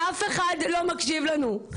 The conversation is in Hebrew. ואף אחד לא מקשיב לנו.